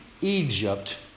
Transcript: Egypt